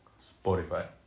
Spotify